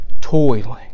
toiling